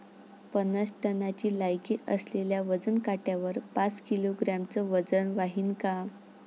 पन्नास टनची लायकी असलेल्या वजन काट्यावर पाच किलोग्रॅमचं वजन व्हईन का?